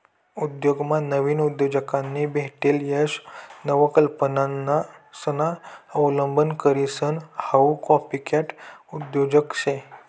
उद्योगमा नाविन उद्योजकांनी भेटेल यश नवकल्पनासना अवलंब करीसन हाऊ कॉपीकॅट उद्योजक शे